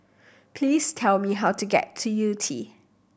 please tell me how to get to Yew Tee